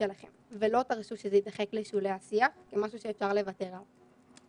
שלכם ולא תרשו שזה יידחק לשולי העשייה או משהו שאפשר לוותר עליו.